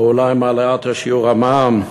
אולי מהעלאת שיעור המע"מ?